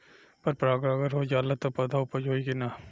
पर परागण अगर हो जाला त का पौधा उपज होई की ना?